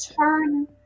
turn